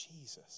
Jesus